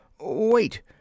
Wait